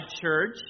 Church